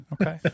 Okay